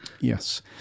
Yes